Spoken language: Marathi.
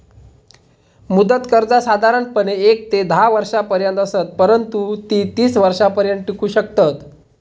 मुदत कर्जा साधारणपणे येक ते धा वर्षांपर्यंत असत, परंतु ती तीस वर्षांपर्यंत टिकू शकतत